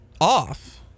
off